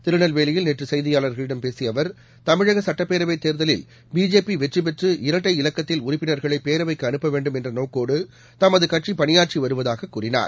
திருநெல்வேலியில் நேற்று செய்தியாளர்களிடம் பேசிய அவர் தமிழக சட்டப்பேரவை தேர்தலில் பிஜேபி வெற்றி பெற்று இரட்டை இலக்கத்தில் உறுப்பினர்களை பேரவைக்கு அனுப்ப வேண்டும் என்ற நோக்கோடு தமது கட்சி பணியாற்றி வருவதாகக் கூறினார்